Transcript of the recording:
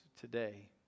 today